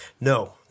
No